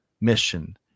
mission